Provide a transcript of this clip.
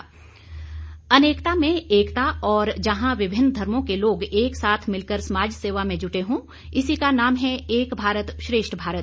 एक भारत श्रेष्ठ भारत अनेकता में एकता और जहां विभिन्न धर्मों के लोग एक साथ मिलकर समाज सेवा में जुटे हो इसी का नाम है एक भारत श्रेष्ठ भारत